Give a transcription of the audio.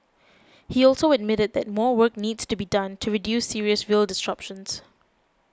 he also admitted that more work needs to be done to reduce serious rail disruptions